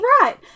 Right